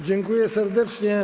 Dziękuję serdecznie.